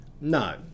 No